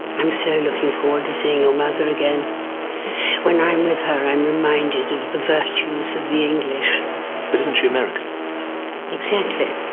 i'm so looking forward to seeing your mother again when i'm with her i'm reminded of the virtues of the english' but isn't she american exactly